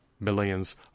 millions